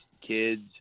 kids